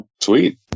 Sweet